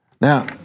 Now